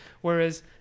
whereas